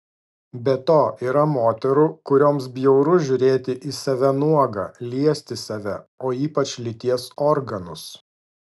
be to yra moterų kurioms bjauru žiūrėti į save nuogą liesti save o ypač lyties organus